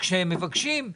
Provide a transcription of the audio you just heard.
כשהם מבקשים,